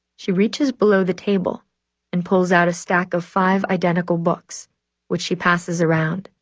she reaches below the table and pulls out a stack of five identical books which she passes around.